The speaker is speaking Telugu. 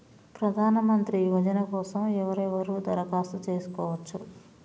ప్రధానమంత్రి యోజన కోసం ఎవరెవరు దరఖాస్తు చేసుకోవచ్చు?